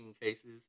cases